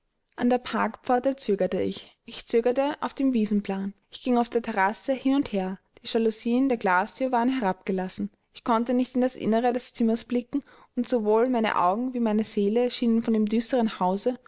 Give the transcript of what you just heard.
an der parkpforte zögerte ich ich zögerte auf dem wiesenplan ich ging auf der terrasse hin und her die jalousien der glasthür waren herabgelassen ich konnte nicht in das innere des zimmers blicken und sowohl meine augen wie meine seele schienen von dem düsteren hause